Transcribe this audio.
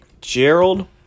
Gerald